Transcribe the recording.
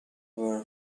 were